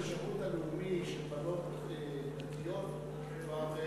השירות הלאומי של בנות דתיות כבר,